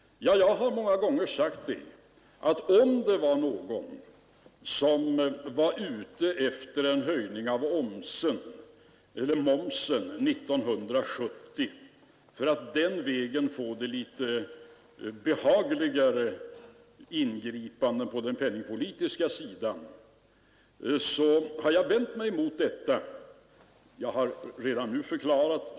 Jag har många gånger sagt att om någon var ute efter en höjning av momsen 1970 för att den vägen få litet behagligare ingripanden på den penningpolitiska sidan, så vände jag mig mot detta.